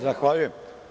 Zahvaljujem.